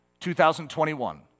2021